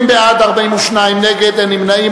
20 בעד, 42 נגד, אין נמנעים.